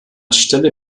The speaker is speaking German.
stelle